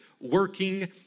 working